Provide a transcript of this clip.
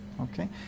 Okay